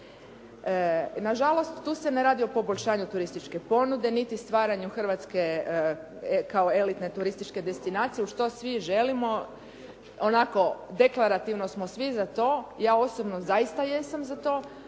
Na žalost tu se ne radi o poboljšanju turističke ponude niti stvaranju Hrvatske kao elitne turističke destinacije što svi želimo onako deklarativno smo svi za to. Ja osobno zaista jesam za to,